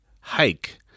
hike